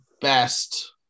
best